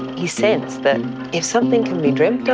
he sensed that if something can be dreamt of,